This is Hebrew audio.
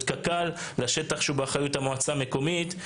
קק"ל לשטח שהוא באחריות המועצה המקומית.